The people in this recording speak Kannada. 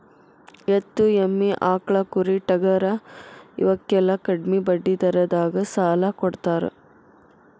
ಎತ್ತು, ಎಮ್ಮಿ, ಆಕ್ಳಾ, ಕುರಿ, ಟಗರಾ ಇವಕ್ಕೆಲ್ಲಾ ಕಡ್ಮಿ ಬಡ್ಡಿ ದರದಾಗ ಸಾಲಾ ಕೊಡತಾರ